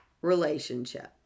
relationship